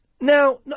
now